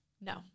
No